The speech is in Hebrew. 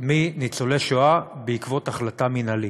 מניצולי שואה בעקבות החלטה מינהלית.